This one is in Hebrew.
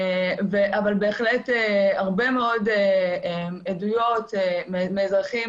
אבל בהחלט הרבה מאוד עדויות מאזרחים